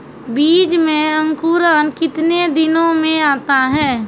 बीज मे अंकुरण कितने दिनों मे आता हैं?